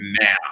now